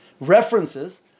references